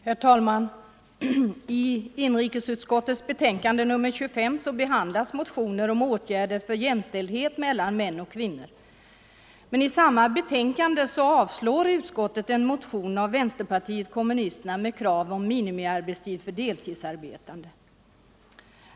Herr talman! I inrikesutskottets betänkande nr 25 behandlas motionen om åtgärder för jämställdhet mellan män och kvinnor. Men i samma betänkande avstyrker utskottet en motion av vänsterpartiet kommunisterna med krav om minimiarbetstid för deltidsarbetande.